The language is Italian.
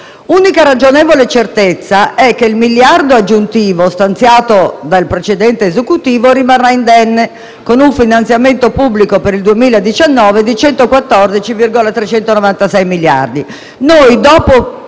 Unica ragionevole certezza è che il miliardo aggiuntivo stanziato dal precedente Esecutivo rimarrà indenne, con un finanziamento pubblico per il 2019 di 114,396 miliardi.